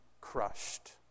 crushed